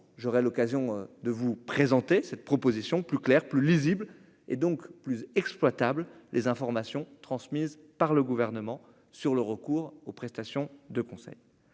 j'aurai l'occasion de vous présenter cette proposition plus claire, plus lisible et donc plus exploitable, les informations transmises par le gouvernement sur le recours aux prestations de conseil,